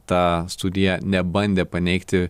ta studija nebandė paneigti